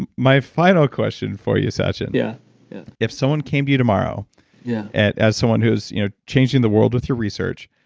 and my final question for you, satchin. yeah if someone came to you tomorrow yeah as someone whose you know changing the world with your research,